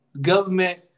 government